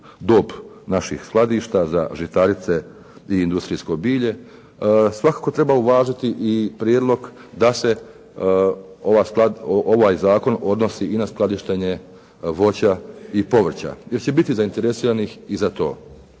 dob naših skladišta za žitarice i industrijsko bilje. Svakako treba uvažiti i prijedlog da se ovaj zakon odnosi i na skladištenje voća i povrća, jer će biti zainteresiranih i za to.